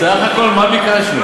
סך הכול מה ביקשנו?